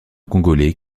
congolais